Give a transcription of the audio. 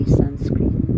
sunscreen